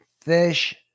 fish